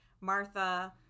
Martha